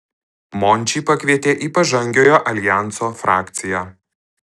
mončį pakvietė į pažangiojo aljanso frakciją